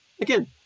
again